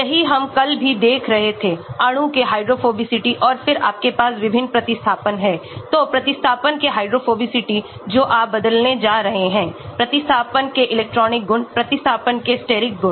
यही हम कल भी देख रहे थे अणु के हाइड्रोफोबिसिटी और फिर आपके पासविभिन्न प्रतिस्थापन हैं तो प्रतिस्थापन के हाइड्रोफोबिसिटी जो आप बदलने जा रहे हैं प्रतिस्थापन के इलेक्ट्रॉनिक गुण प्रतिस्थापन के steric गुण